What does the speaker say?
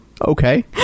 Okay